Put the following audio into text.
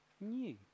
new